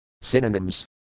Synonyms